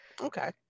okay